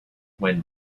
when